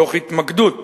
תוך התמקדות